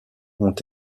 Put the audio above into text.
ont